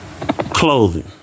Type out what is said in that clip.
clothing